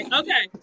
okay